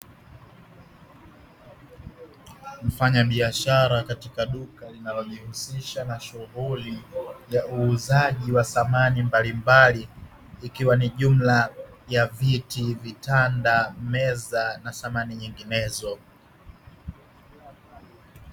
Mfanyabiashara katika duka linalojihusisha na shughuli za uuzaji wa samani mbalimbali ikiwa ni jumla ya viti, vitanda, meza na samani nyinginezo.